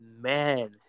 man